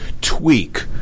tweak